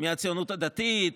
מהציונות הדתית,